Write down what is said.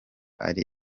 ari